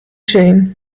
jane